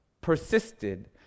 persisted